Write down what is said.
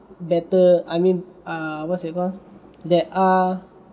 better I mean err what's that called that are